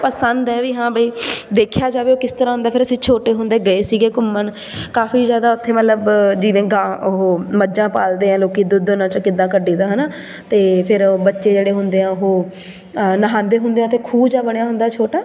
ਪਸੰਦ ਹੈ ਵੀ ਹਾਂ ਬਈ ਦੇਖਿਆ ਜਾਵੇ ਉਹ ਕਿਸ ਤਰ੍ਹਾਂ ਦਾ ਫਿਰ ਅਸੀਂ ਛੋਟੇ ਹੁੰਦੇ ਗਏ ਸੀਗੇ ਘੁੰਮਣ ਕਾਫੀ ਜ਼ਿਆਦਾ ਉੱਥੇ ਮਤਲਬ ਜਿਵੇਂ ਗਾਂ ਉਹ ਮੱਝਾਂ ਪਾਲਦੇ ਆ ਲੋਕ ਦੁੱਧ ਉਹਨਾਂ 'ਚੋਂ ਕਿੱਦਾਂ ਕੱਢੀਦਾ ਹੈ ਨਾ ਅਤੇ ਫਿਰ ਬੱਚੇ ਜਿਹੜੇ ਹੁੰਦੇ ਆ ਉਹ ਨਹਾਉਂਦੇ ਹੁੰਦੇ ਆ ਅਤੇ ਖੂਹ ਜਿਹਾ ਬਣਿਆ ਹੁੰਦਾ ਛੋਟਾ